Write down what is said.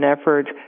effort